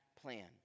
plan